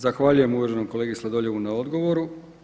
Zahvaljujem uvaženom kolegi Sladoljevu na odgovoru.